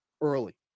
early